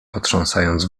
potrząsając